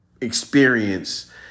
Experience